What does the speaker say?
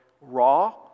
raw